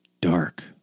dark